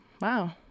wow